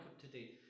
today